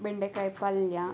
ಬೆಂಡೆಕಾಯಿ ಪಲ್ಯ